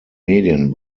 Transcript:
medien